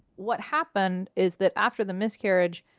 what happened is that after the miscarriage,